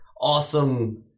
awesome